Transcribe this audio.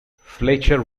fletcher